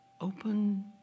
open